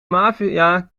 maffia